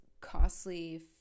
costly